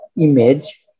image